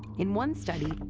in one study,